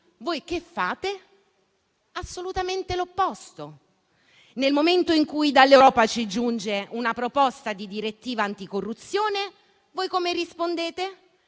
voi che fate? Assolutamente l'opposto. Nel momento in cui dall'Europa ci giunge una proposta di direttiva anticorruzione, voi come rispondete?